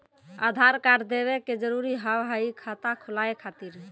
आधार कार्ड देवे के जरूरी हाव हई खाता खुलाए खातिर?